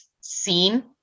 seen